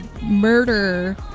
murder